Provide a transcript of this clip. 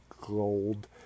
gold